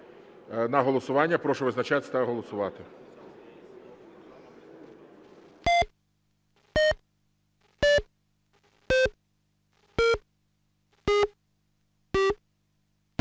на голосування. Прошу визначатись та голосувати.